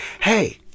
hey